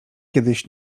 kiedyś